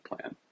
plan